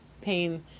pain